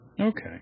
Okay